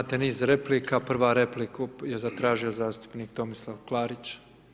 Imate niz replika, prva repliku je zatražio zastupnik Tomislav Klarić.